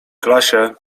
klasie